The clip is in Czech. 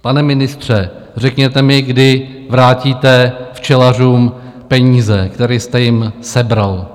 Pane ministře, řekněte mi, kdy vrátíte včelařům peníze, které jste jim sebral.